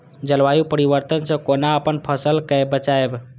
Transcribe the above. जलवायु परिवर्तन से कोना अपन फसल कै बचायब?